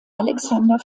alexander